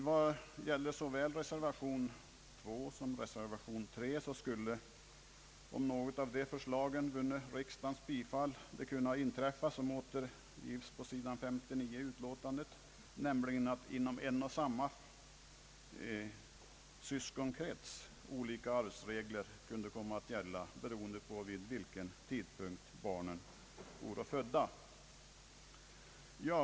Vad gäller såväl reservationen 2 som reservationen 3 skulle — om något av de förslagen vunne riksdagens bifall — det kunna inträffa som återges på s. 59 i utlåtandet, nämligen att inom en och samma syskonkrets olika arvsregler skulle komma att gälla, beroende på vid vilken tidpunkt barnen var födda.